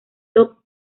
top